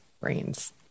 brains